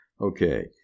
Okay